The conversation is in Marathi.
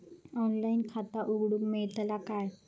ऑनलाइन खाता उघडूक मेलतला काय?